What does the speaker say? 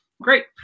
great